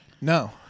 No